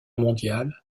mondiale